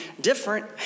different